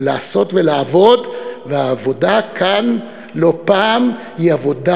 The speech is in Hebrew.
ולעשות, ולעבוד, והעבודה כאן לא פעם היא עבודה